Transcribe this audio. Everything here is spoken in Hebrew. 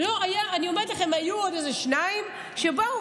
אני אומרת לכם, היו עוד איזה שניים שאמרו.